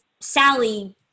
Sally